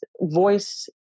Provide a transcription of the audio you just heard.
voice